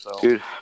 Dude